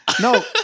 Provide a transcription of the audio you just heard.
No